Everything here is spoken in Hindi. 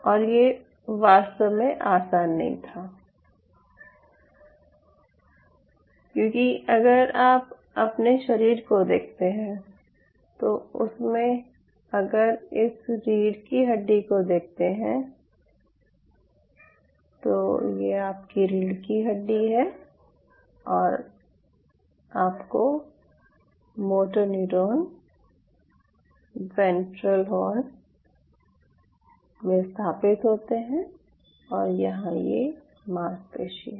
और ये वास्तव में आसान नहीं था क्योंकि अगर आप अपने शरीर को देखते हैं और उसमें अगर इस रीढ़ की हड्डी को देखते हैं तो ये आपकी रीढ़ की हड्डी है और आपके मोटो न्यूरॉन्स वेंट्रल हॉर्न में स्थापित होते हैं और यहां ये मांसपेशी है